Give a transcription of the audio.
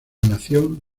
nación